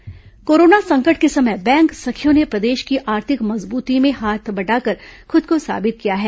bank सखी कोरोना संकट के समय बैंक सखियों ने प्रदेश की आर्थिक मजबूती में हाथ बटाकर खुद को साबित किया है